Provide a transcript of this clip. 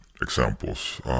examples